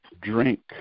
drink